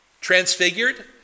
Transfigured